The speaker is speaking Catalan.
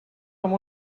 amb